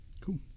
Cool